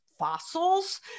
fossils